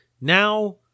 now